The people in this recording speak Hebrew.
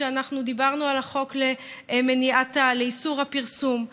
כשדיברנו על החוק על איסור הפרסום.